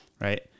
right